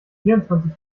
vierundzwanzig